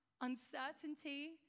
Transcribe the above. uncertainty